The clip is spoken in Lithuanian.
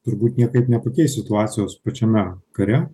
turbūt niekaip nepakeis situacijos pačiame kare